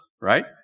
right